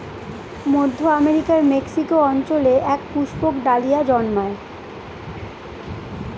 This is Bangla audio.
মধ্য আমেরিকার মেক্সিকো অঞ্চলে এক পুষ্পক ডালিয়া জন্মায়